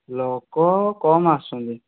ଲୋକ କମ୍ ଆସୁଛନ୍ତି